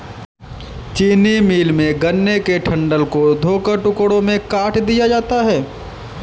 चीनी मिल में, गन्ने के डंठल को धोकर टुकड़ों में काट दिया जाता है